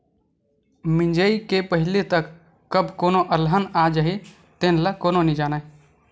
मिजई के पहिली तक कब कोनो अलहन आ जाही तेन ल कोनो नइ जानय